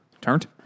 Turned